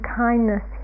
kindness